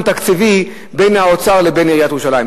תקציבי בין האוצר לבין עיריית ירושלים.